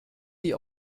die